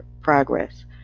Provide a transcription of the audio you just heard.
progress